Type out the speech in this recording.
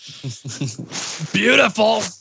Beautiful